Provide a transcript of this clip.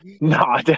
no